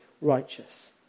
righteous